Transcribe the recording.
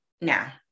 now